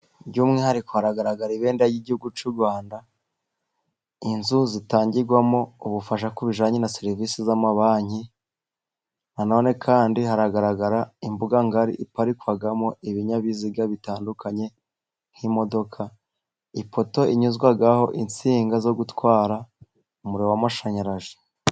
By'umwihariko haragaragara ibendera ry'igihugu cy'u Rwanda, inzu zitangirwamo ubufasha ku bijyanye na serivisi z'amabanki, nanone kandi haragaragara imbuga iparikwamo ibinyabiziga bitandukanye, nk'imodoka. Ipoto inyuzwaho insinga zo gutwara umuriro w'amashanyarazi.